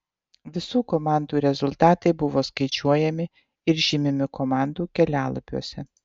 visų komandų rezultatai buvo skaičiuojami ir žymimi komandų kelialapiuose